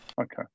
Okay